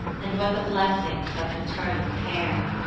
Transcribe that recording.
and what the blessings of maternal care!